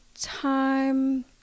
time